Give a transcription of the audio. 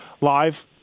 live